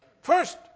First